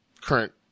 current